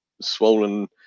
swollen